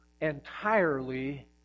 entirely